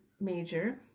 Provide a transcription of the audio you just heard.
major